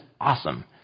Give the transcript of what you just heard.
awesome